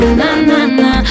na-na-na